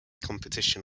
competition